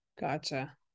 Gotcha